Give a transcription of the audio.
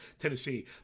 Tennessee